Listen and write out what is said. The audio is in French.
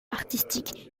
artistique